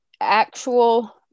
actual